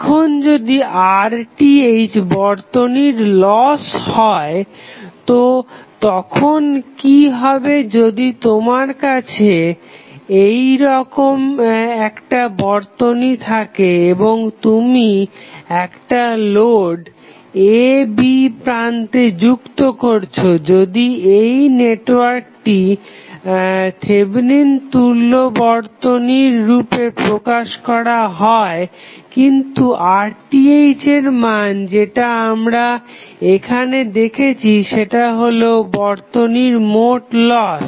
এখন যদি RTh বর্তনীর লস হয় তো তখন কি হবে যদি তোমার কাছে এরকম একটা বর্তনী থাকে এবং তুমি একটা লোড a b প্রান্তে যুক্ত করছো যদি এই নেটওয়ার্কটি থেভেনিন তুল্য বর্তনীর রূপে প্রকাশ করা হয় কিন্তু RTh এর মান যেটা আমরা এখানে দেখছি সেটা হলো বর্তনীর মোট লস